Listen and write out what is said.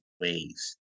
ways